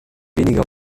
weniger